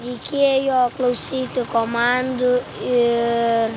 reikėjo klausyti komandų ir